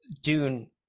dune